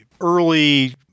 early